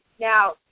now